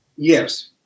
Yes